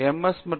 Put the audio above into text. S மற்றும் B